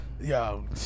Yo